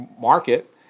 market